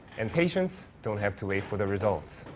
and patients don't have to wait for the results.